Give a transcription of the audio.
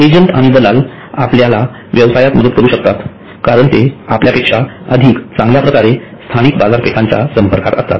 agent आणि दलाल आपल्याला व्यवसायात मदत करू शकतात कारण ते आपल्यापेक्षा अधिक चांगल्या प्रकारे स्थानिक बाजारपेठांच्या संपर्कात असतात